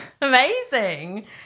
Amazing